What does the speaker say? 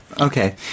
Okay